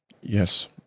Yes